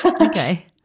Okay